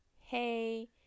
Hey